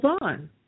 on